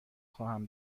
خواهم